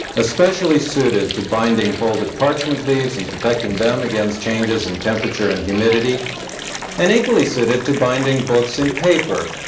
especially suited to binding folded parchment leaves and protecting them against changes in temperature and humidity and equally suited to binding books in paper,